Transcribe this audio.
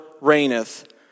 reigneth